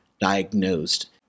diagnosed